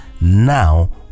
now